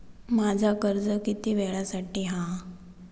माझा कर्ज किती वेळासाठी हा?